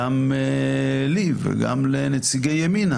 גם לי וגם לנציגי ימינה